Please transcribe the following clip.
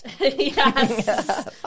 Yes